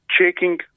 checking